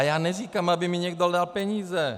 Já neříkám, aby mi někdo dal peníze.